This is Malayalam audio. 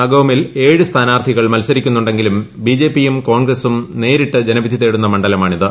നഗോമിൽ ഏഴ് സ്ഥാനാർത്ഥികൾ മത്സരിക്കുന്നു ങ്കിലും ബിജെപിയും കോൺഗ്രസും നേരിട്ട് ജനവിധി തേടുന്ന മണ്ഡലമാണിത്